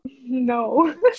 No